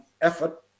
effort